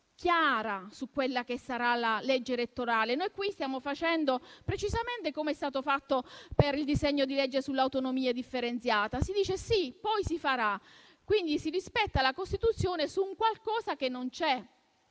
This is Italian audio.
chiara su quella che sarà la legge elettorale. Noi qui stiamo facendo precisamente come è stato fatto per il disegno di legge sull'autonomia differenziata. Si dice sì, poi si farà. Quindi si rispetta la Costituzione su qualcosa che non c'è.